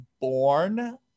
born